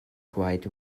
quiet